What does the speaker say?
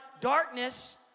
Darkness